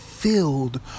filled